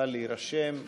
יוכל להירשם.